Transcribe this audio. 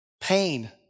pain